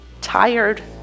tired